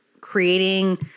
creating